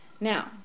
Now